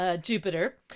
Jupiter